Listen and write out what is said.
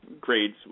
grades